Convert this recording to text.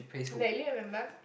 vaguely remember